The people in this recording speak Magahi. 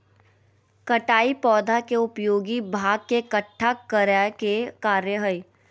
कटाई पौधा के उपयोगी भाग के इकट्ठा करय के कार्य हइ